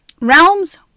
realms